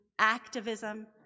activism